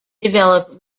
develop